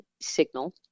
signal